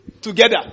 Together